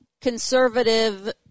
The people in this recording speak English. conservative